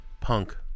punk